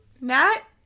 Matt